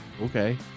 Okay